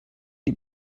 die